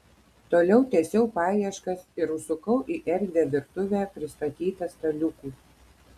toliau tęsiau paieškas ir užsukau į erdvią virtuvę pristatytą staliukų